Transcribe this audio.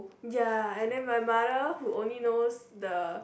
ya and then my mother who only knows the